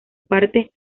parte